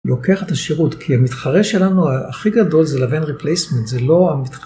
לוקח את השירות כי המתחרה שלנו הכי גדול זה לבין replacement זה לא המתחרה.